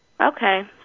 Okay